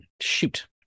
Shoot